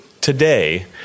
today